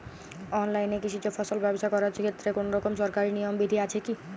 অনলাইনে কৃষিজ ফসল ব্যবসা করার ক্ষেত্রে কোনরকম সরকারি নিয়ম বিধি আছে কি?